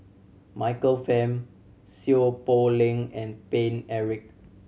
Michael Fam Seow Poh Leng and Paine Eric